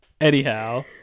Anyhow